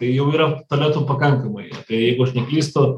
tai jau yra tualetų pakankamai tai jeigu aš neklystu